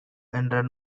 என்ற